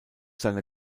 seine